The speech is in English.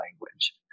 language